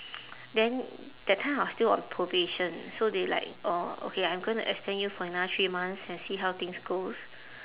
then that time I was still on probation so they like orh okay I'm gonna extend you for another three months and see how things goes